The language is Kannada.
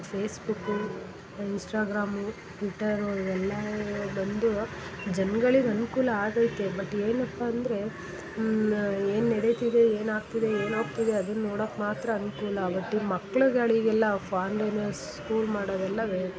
ಈ ಫೇಸ್ಬುಕ್ಕು ಇನ್ಸ್ಟಾಗ್ರಾಮು ಟ್ವಿಟ್ಟರು ಇವೆಲ್ಲ ಬಂದು ಜನ್ಗಳಿಗೆ ಅನುಕೂಲ ಆಗೈತೆ ಬಟ್ ಏನಪ್ಪಂದರೆ ಏನು ನಡಿತಿದೆ ಏನು ಆಗ್ತಿದೆ ಏನು ಹೋಗ್ತಿದೆ ಅದನ್ನು ನೋಡೋಕ್ಕೆ ಮಾತ್ರ ಅನುಕೂಲ ಬಟ್ ಈ ಮಕ್ಕಳುಗಳಿಗೆಲ್ಲ ಆನ್ಲೈನಲ್ಲಿ ಸ್ಕೂಲ್ ಮಾಡೋದೆಲ್ಲ ವೇ